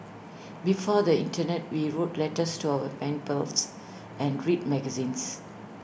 before the Internet we wrote letters to our pen pals and read magazines